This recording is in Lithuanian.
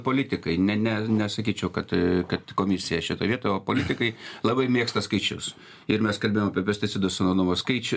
politikai ne ne nesakyčiau kad kad komisija šitoj vietoj o politikai labai mėgsta skaičius ir mes kalbėjom apie pesticidų sunaudojimo skaičių